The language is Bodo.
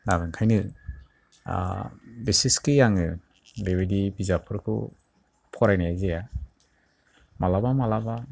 आं ओंखायनो बेसेसकि आङो बेबायदि बिजाबफोरखौ फरायनाय जाया मालाबा मालाबा